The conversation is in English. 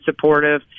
supportive